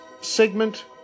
segment